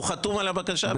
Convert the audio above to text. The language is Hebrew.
הוא חתום על הבקשה.